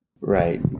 Right